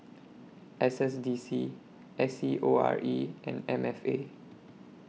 S S D C S E O R E and M F A